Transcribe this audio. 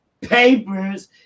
papers